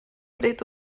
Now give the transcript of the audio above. bryd